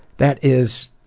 that is,